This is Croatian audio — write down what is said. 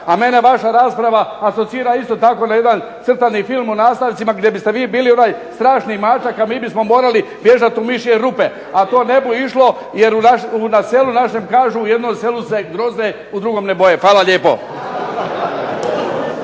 a mene vaša rasprava asocira isto tako na jedan crtani film u nastavcima gdje biste vi bili onaj strašni mačak, a mi bismo morali bježat u mišje rupe, a to ne bu išlo jer na selu našem kažu u jednom selu se groze, u drugom ne boje. Hvala lijepo.